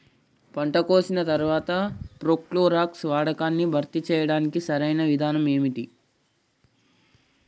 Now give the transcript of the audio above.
పంట కోసిన తర్వాత ప్రోక్లోరాక్స్ వాడకాన్ని భర్తీ చేయడానికి సరియైన విధానం ఏమిటి?